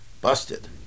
busted